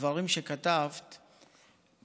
הדברים שכתבת,